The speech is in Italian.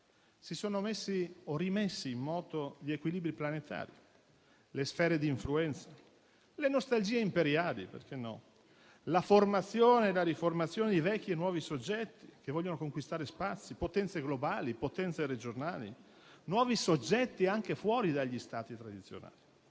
Si sono messi o rimessi in moto gli equilibri planetari, le sfere di influenza, le nostalgie imperiali e - perché no - la formazione e riformazione di vecchi e nuovi soggetti che vogliono conquistare spazi, potenze globali, potenze regionali, nuovi soggetti anche fuori dagli Stati tradizionali.